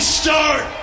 start